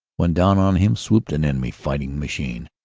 when down on him swooped an enemy fighting machine,